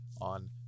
on